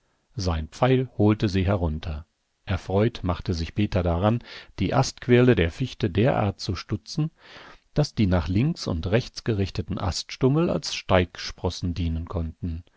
sein pfeil holte sie herunter erfreut machte sich peter daran die astquirle der fichte derart zu stutzen daß die nach links und rechts gerichteten aststummel als steigsprossen dienen konnten